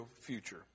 future